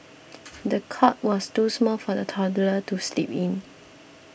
the cot was too small for the toddler to sleep in